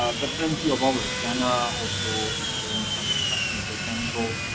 ah but plenty of others ghana also is showing some interesting potential,